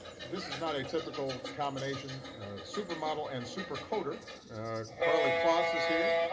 this is not a typical combination supermodel and super coder karlie kloss is here.